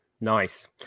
Nice